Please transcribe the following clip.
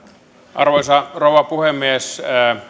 arvoisa rouva puhemies